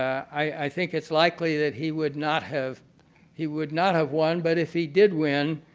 i think it's likely that he would not have he would not have won. but if he did win,